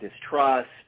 distrust